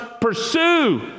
pursue